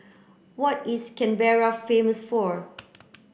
what is Canberra famous for